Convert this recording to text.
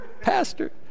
pastor